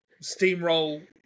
steamroll